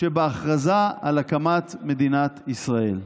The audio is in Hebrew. שבהכרזה על הקמת מדינת ישראל".